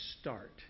start